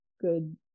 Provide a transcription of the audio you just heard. good